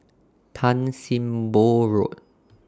Tan SIM Boh Road